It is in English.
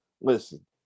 Listen